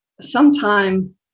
sometime